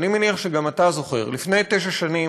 ואני מניח שגם אתה זוכר: לפני תשע שנים